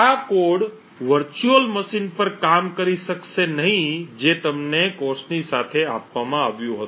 આ code virtual machine પર કામ કરી શકશે નહીં જે તમને કોર્સની સાથે આપવામાં આવ્યું હતું